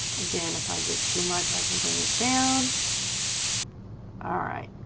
again if i get too much i can bring it down alright,